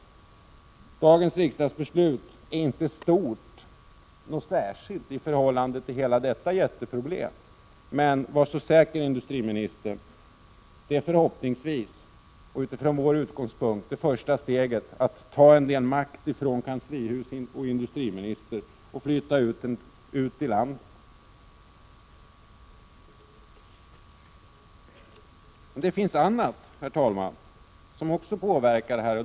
Dagens riksdagsbeslut är inte särskilt stort i förhållande till hela detta jätteproblem. Men, industriministern, var så säker, det första steget utifrån vår utgångspunkt är att ta en del makt från kanslihuset och industriministern och flytta den ut i landet. Herr talman! Det finns också annat som påverkar situationen.